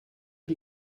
die